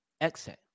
Exit